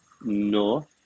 No